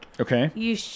Okay